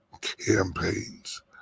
campaigns